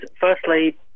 Firstly